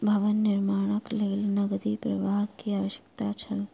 भवन निर्माणक लेल नकदी प्रवाह के आवश्यकता छल